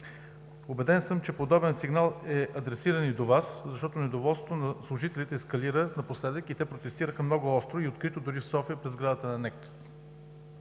Убеден съм, че подобен сигнал е адресиран и до Вас, защото напоследък недоволството на служителите ескалира – те протестираха много остро и открито дори в София, пред сградата на НЕК.